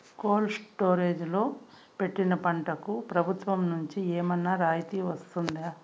Cold storage లో పెట్టిన పంటకు ప్రభుత్వం నుంచి ఏమన్నా రాయితీ వస్తుందా?